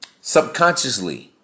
Subconsciously